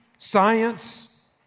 Science